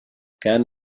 كان